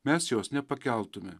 mes jos nepakeltume